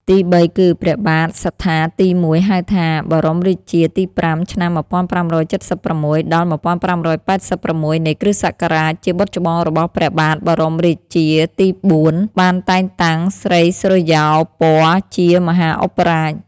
ទីបីគឺ ព្រះបាទសត្ថាទី១ ហៅថា បរមរាជាទី៥ ឆ្នាំ ១៥៧៦-១៥៨៦ នៃគ្រិស្តសករាជ ជាបុត្រច្បងរបស់ព្រះបាទបរមរាជាទី៤ បានតែងតាំងស្រីសុរិយោពណ៌ជាមហាឧបរាជ។